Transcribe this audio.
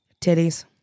Titties